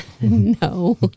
No